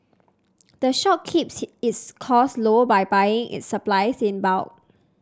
the shop keeps its cost low by buying its supplies in bulk